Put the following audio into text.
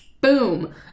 boom